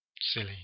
silly